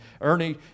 Ernie